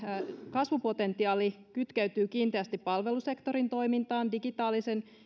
kasvupotentiaali kytkeytyy kiinteästi palvelusektorin toimintaan digitaalisen